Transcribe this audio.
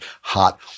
hot